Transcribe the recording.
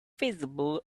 visible